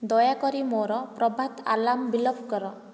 ଦୟାକରି ମୋ'ର ପ୍ରଭାତ ଆଲାର୍ମ ବିଲୋପ କର